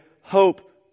hope